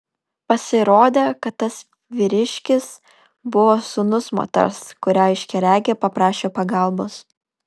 pasirodė kad tas vyriškis buvo sūnus moters kurią aiškiaregė paprašė pagalbos